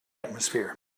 atmosphere